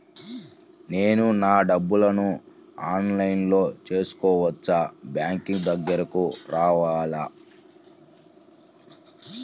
నేను నా డబ్బులను ఆన్లైన్లో చేసుకోవచ్చా? బ్యాంక్ దగ్గరకు రావాలా?